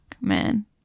man